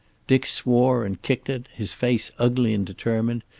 dick swore and kicked it, his face ugly and determined,